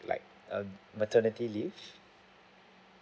like uh maternity leave